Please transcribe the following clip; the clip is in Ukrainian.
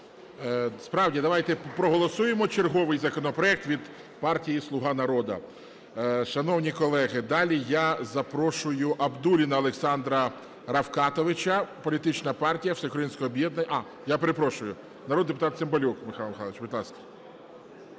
Справді, давайте проголосуємо черговий законопроект від партії "Слуга народу". Шановні колеги, далі я запрошую Абдулліна Олександра Рафкатовича, політична партія "Всеукраїнське об'єднання… А, я перепрошую. Народний депутат Цимбалюк Михайло Михайлович, будь ласка.